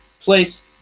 place